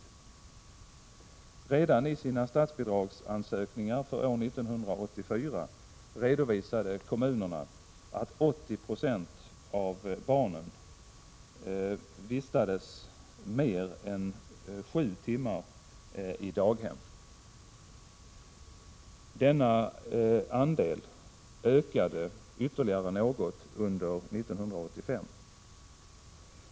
118 Redan i sina statsbidragsansökningar för år 1984 redovisade kommunerna att 80 Ze av barnen vistades mer än sju timmar i daghem. Denna andel ökade ytterligare något under år 1985.